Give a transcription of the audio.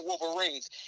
Wolverines